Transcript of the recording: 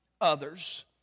others